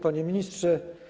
Panie Ministrze!